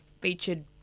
featured